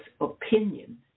opinion